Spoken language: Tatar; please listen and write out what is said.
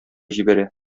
җибәрә